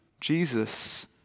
Jesus